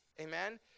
Amen